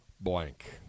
blank